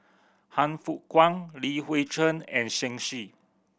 Han Fook Kwang Li Hui Cheng and Shen Xi